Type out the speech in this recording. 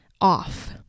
off